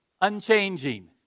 unchanging